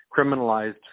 criminalized